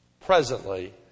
presently